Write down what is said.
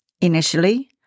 Initially